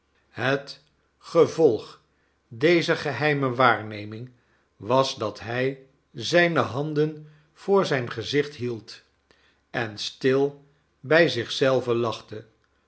het gevolg dezer geheime waarneming was dat hij zijne handen voor zijn gezicht hield en stil bij zich zelven lachte